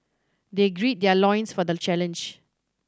they grid their loins for the challenge